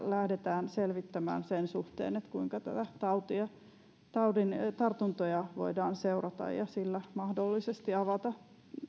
lähdetään selvittämään näitä digisovelluksia sen suhteen kuinka taudin tartuntoja voidaan seurata ja sillä mahdollisesti avata